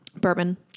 Bourbon